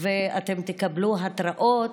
ואתם תקבלו התראות,